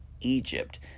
Egypt